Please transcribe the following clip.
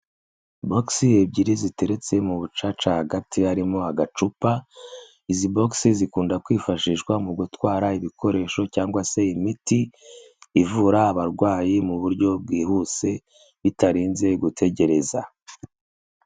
Bokisi ebyiri ziteretse mu bucaca hagati harimo agacupa, izi bokisi zikunda kwifashishwa mu gutwara ibikoresho cyangwa se imiti ivura abarwayi mu buryo bwihuse, bitarenze gutegereza.